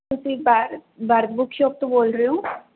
ਤੁਸੀਂ walk bark book shop ਤੋਂ ਬੋਲ ਰਹੇ ਹੋ